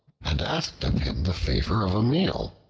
and asked of him the favor of a meal.